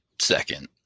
second